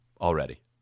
already